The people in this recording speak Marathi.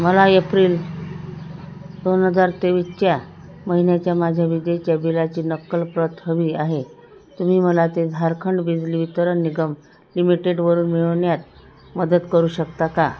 मला एप्रिल दोन हजार तेवीसच्या महिन्याच्या माझ्या विजेच्या बिलाची नक्कल प्रत हवी आहे तुम्ही मला ते झारखंड बिजली वितरन निगम लिमिटेडवरून मिळवण्यात मदत करू शकता का